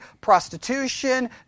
prostitution